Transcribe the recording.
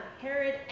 Herod